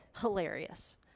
hilarious